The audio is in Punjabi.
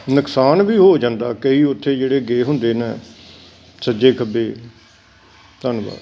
ਨੁਕਸਾਨ ਵੀ ਹੋ ਜਾਂਦਾ ਕਈ ਉੱਥੇ ਜਿਹੜੇ ਗਏ ਹੁੰਦੇ ਨੇ ਸੱਜੇ ਖੱਬੇ ਧੰਨਵਾਦ